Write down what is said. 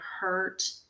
hurt